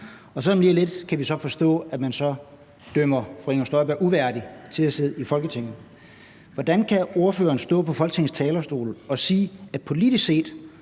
her par. Og nu kan vi forstå, at man så dømmer fru Inger Støjberg uværdig til at sidde i Folketinget. Hvordan kan ordføreren stå på Folketingets talerstol og sige, at politisk set